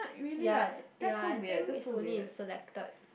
ya ya I think it's only in selected